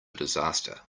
disaster